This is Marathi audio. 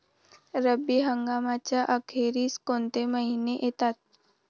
रब्बी हंगामाच्या अखेरीस कोणते महिने येतात?